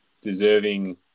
deserving